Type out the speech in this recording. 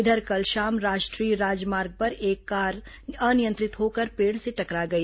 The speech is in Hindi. इधर कल शाम राष्ट्रीय राजमार्ग पर एक कार अनियंत्रित होकर पेड़ से टकरा गई